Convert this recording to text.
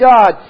God